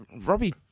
Robbie